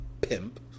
pimp